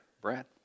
Brad